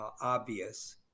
Obvious